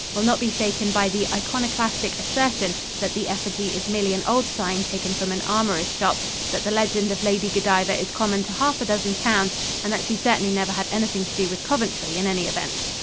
will not be shaken by the iconoclastic assertion that the effigy is merely an old sign taken from an armourer's shop that the legend of lady godiva is common to half a dozen towns and that she certainly never had anything to do with coventry, in any event.